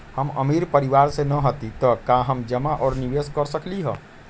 हम अमीर परिवार से न हती त का हम जमा और निवेस कर सकली ह?